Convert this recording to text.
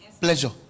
Pleasure